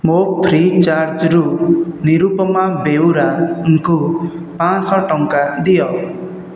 ମୋ ଫ୍ରିଚାର୍ଜ୍ରୁ ନିରୁପମା ବେଉରାଙ୍କୁ ପାଞ୍ଚଶହ ଟଙ୍କା ଦିଅ